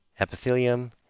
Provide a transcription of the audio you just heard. epithelium